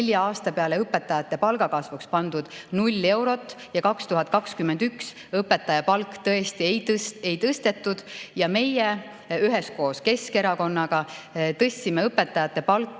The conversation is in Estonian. aasta peale õpetajate palga kasvuks pannud null eurot ja 2021 õpetajate palka tõesti ei tõstetud. Meie üheskoos Keskerakonnaga tõstsime õpetajate palka